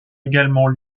également